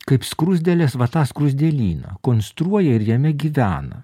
kaip skruzdėlės va tą skruzdėlyną konstruoja ir jame gyvena